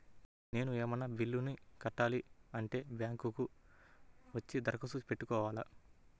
నేను ఏమన్నా బిల్లును కట్టాలి అంటే బ్యాంకు కు వచ్చి దరఖాస్తు పెట్టుకోవాలా?